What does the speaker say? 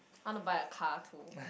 I want to buy a car too